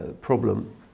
problem